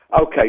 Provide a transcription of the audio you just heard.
Okay